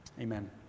Amen